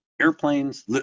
airplanes